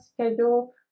schedule